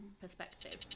perspective